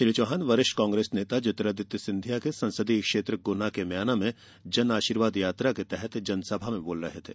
श्री चौहान ने वरिष्ठ कांग्रेस नेता ज्योतिरादित्य सिंधिया के संसदीय क्षेत्र गुना के म्याना में जन आशीर्वाद यात्रा के तहत जनसभा में बोल रहे थे